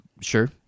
sure